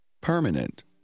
Permanent